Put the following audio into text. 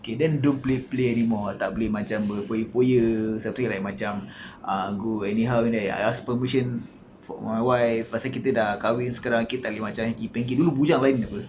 okay then don't play play anymore tak boleh macam berfoya-foya something like macam uh go anyhow and then I ask permission for my wife pasal kita dah kahwin sekarang kita tak boleh macam hanky-panky dulu bujang lain tak apa